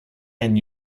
and